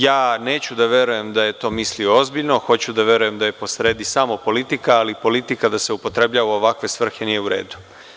Ja neću da verujem da je to mislio ozbiljno, hoću da verujem da je po sredi samo politika, ali politika da se upotrebljava u ovakve svrhe nije u redu.